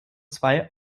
zwei